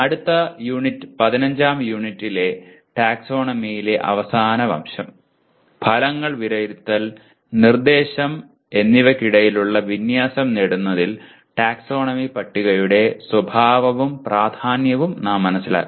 അടുത്ത യൂണിറ്റ് 15 ാം യൂണിറ്റിലെ ടാക്സോണമിയിലെ അവസാന വശം ഫലങ്ങൾ വിലയിരുത്തൽ നിർദ്ദേശം എന്നിവയ്ക്കിടയിലുള്ള വിന്യാസം നേടുന്നതിൽ ടാക്സോണമി പട്ടികയുടെ സ്വഭാവവും പ്രാധാന്യവും നാം മനസിലാക്കും